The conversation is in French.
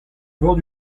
bords